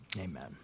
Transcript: Amen